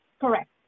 Correct